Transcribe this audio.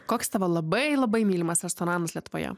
koks tavo labai labai mylimas restoranas lietuvoje